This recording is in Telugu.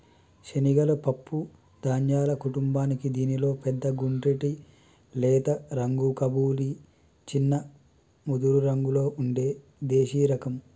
శనగలు పప్పు ధాన్యాల కుటుంబానికీ దీనిలో పెద్ద గుండ్రటి లేత రంగు కబూలి, చిన్న ముదురురంగులో ఉండే దేశిరకం